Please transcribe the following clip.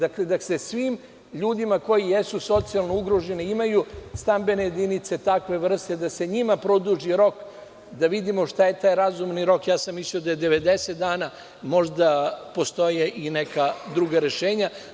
Dakle, da se svim ljudima koji jesu socijalno ugroženi imaju stambene jedinice takve vrste, da se njima produži rok, da vidimo šta je taj razumni rok, mislio sam da je 90 dana, možda postoje i neka druga rešenja.